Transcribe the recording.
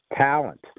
talent